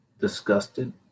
disgusted